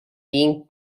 being